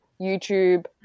youtube